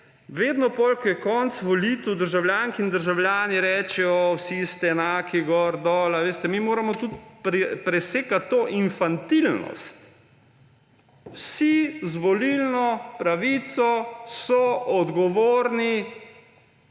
vedno, potem ko je konec volitev, državljanke in državljani rečejo, vsi ste enaki, gor, dol. Mi moramo tudi presekati to infantilnost. Vsi z volilno pravico so odgovorni,